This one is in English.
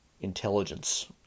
intelligence